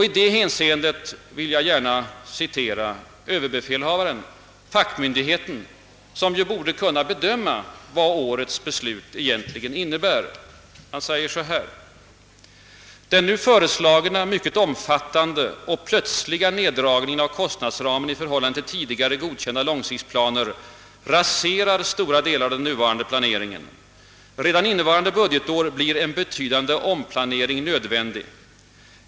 I detta hänseende vill jag citera överbefälhavaren, fackmyndigheten, som borde kunna bedöma vad årets beslut egentligen innebär. Han säger: »Den nu föreslagna, mycket omfattande och plötsliga neddragningen av kostnadsramen i förhållande till tidigare godkända långsiktsplaner raserar stora delar av den nuvarande planeringen. Redan innevarande budgetår blir en betydande omplanering nödvändig.